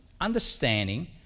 understanding